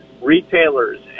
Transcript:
retailers